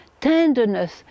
tenderness